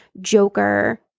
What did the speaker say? Joker